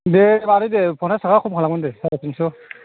दे मादै दे फन्सास थाखा खम खालामगोन दे साराय थिनस'